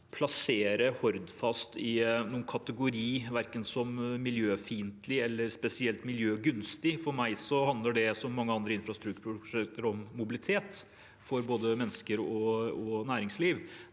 plassere Hordfast i noen kategori, verken som miljøfiendtlig eller spesielt miljøgunstig. For meg handler det, som i mange andre infrastrukturprosjekter, om mobilitet for både mennesker og næringsliv.